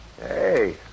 hey